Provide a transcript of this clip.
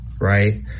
Right